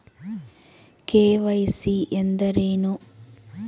KYC ಎಂದರೇನು?